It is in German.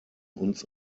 uns